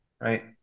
right